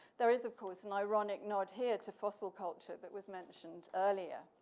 there is, of course, an ironic nod here to fossil culture that was mentioned earlier.